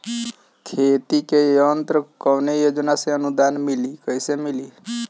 खेती के यंत्र कवने योजना से अनुदान मिली कैसे मिली?